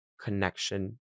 connection